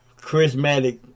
charismatic